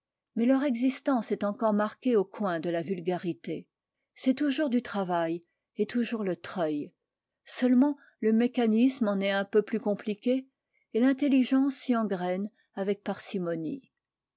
mais leur existence est encore marquée au coin de la vulgarité c'est toujours du travail et toujours le treuil seulement le mécanisme en est un peu plus compliqué et l'intelligence s'y engrène avec parcimonie